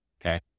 Okay